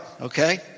okay